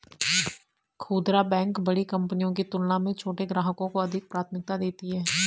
खूदरा बैंक बड़ी कंपनियों की तुलना में छोटे ग्राहकों को अधिक प्राथमिकता देती हैं